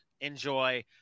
enjoy